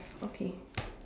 okay